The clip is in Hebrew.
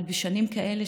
אבל בשנים כאלה,